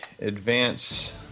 advance